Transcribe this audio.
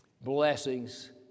Blessings